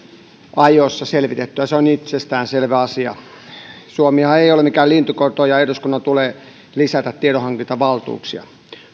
ajoissa selvitettyä se on itsestäänselvä asia suomihan ei ole mikään lintukoto ja eduskunnan tulee lisätä tiedonhankintavaltuuksia